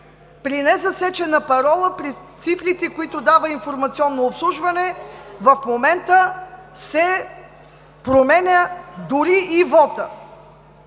при незасечена парола, при цифрите, които дава „Информационно обслужване“ в момента се променя дори и вотът.